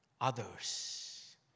others